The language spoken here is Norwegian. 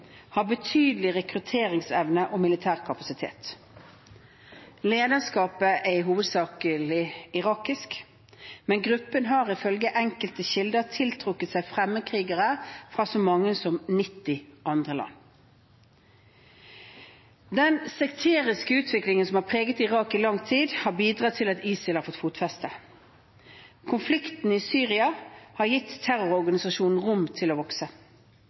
har betydelig rekrutteringsevne og militær kapasitet. Lederskapet er hovedsakelig irakisk, men gruppen har ifølge enkelte kilder tiltrukket seg fremmedkrigere fra så mange som 90 andre land. Den sekteriske utviklingen som har preget Irak i lang tid, har bidratt til at ISIL har fått fotfeste. Konflikten i Syria har gitt terrororganisasjonen rom til å vokse.